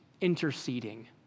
interceding